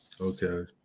Okay